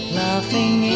laughing